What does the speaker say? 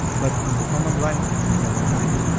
but in the command line, you can open it.